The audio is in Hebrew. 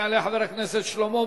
יעלה חבר הכנסת שלמה מולה,